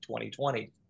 2020